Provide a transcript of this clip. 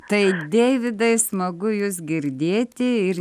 tai deividai smagu jus girdėti ir